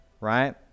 right